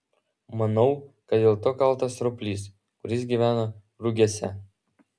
manau kad dėl to kaltas roplys kuris gyvena rugiuose